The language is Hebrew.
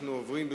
אנחנו עוברים,